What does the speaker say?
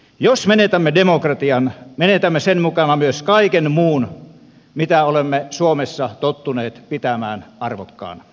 jos menetämme demokratian menetämme sen mukana myös kaiken muun mitä olemme suomessa tottuneet pitämään arvokkaana